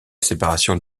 séparation